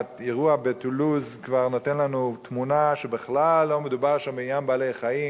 האירוע בטולוז כבר נותן לנו תמונה שבכלל לא מדובר שם בעניין בעלי-חיים.